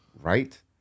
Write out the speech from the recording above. right